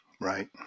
right